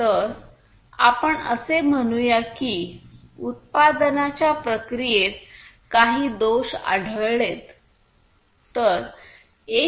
तर आपण असे म्हणूया की उत्पादनांच्या प्रक्रियेत काही दोष आढळलेत